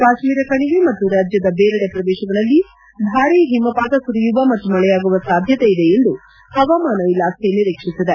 ಕಾಶ್ವೀರ ಕಣಿವೆ ಮತ್ತು ರಾಜ್ಯದ ಬೇರೆಡೆ ಪ್ರದೇಶಗಳಲ್ಲಿ ಭಾರಿ ಹಿಮಪಾತ ಸುರಿಯುವ ಮತ್ತು ಮಳೆಯಾಗುವ ಸಾಧ್ಯತೆ ಇದೆ ಎಂದು ಪವಾಮಾನ ಇಲಾಖೆ ನಿರೀಕ್ಷಿಸಿತ್ತು